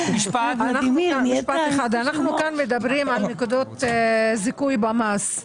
אנחנו כאן מדברים על נקודות זיכוי במס.